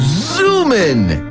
zoom in!